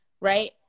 right